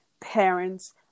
parents